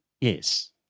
Yes